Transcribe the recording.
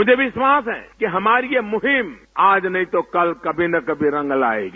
मुझे विश्वास है कि हमारी ये मुहिम आज नहीं तो कल कभी न कभी रंग लायेगी